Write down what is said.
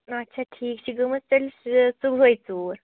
اچھا ٹھیک یہِ چھِ گٔمٕژ تیٚلہِ یہِ صبحٲے ژوٗر